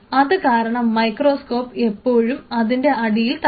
അതുകാരണം മൈക്രോസ്കോപ്പ് എപ്പോഴും അതിൻറെ അടിയിൽ തട്ടും